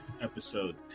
episode